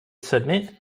submit